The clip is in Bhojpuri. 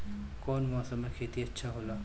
कौन मौसम मे खेती अच्छा होला?